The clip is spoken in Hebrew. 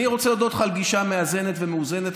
אני רוצה להודות לך על גישה מאזנת ומאוזנת.